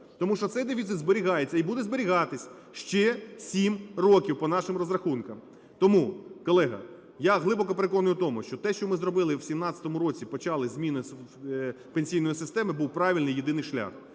Тому що цей дефіцит зберігається і буде зберігатись ще 7 рокам по нашим розрахункам. Тому, колега, я глибоко переконаний в тому, що те, що ми зробили в 17-му році, почали зміни пенсійної системи, – був правильний єдиний шлях.